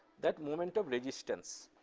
that moment of resistance.